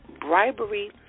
bribery